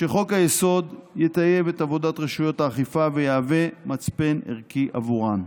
שחוק-היסוד יטייב את עבודת רשויות האכיפה ויהווה מצפן ערכי עבורן.